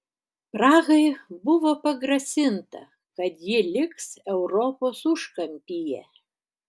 prahai buvo pagrasinta kad ji liks europos užkampyje